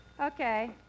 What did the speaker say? Okay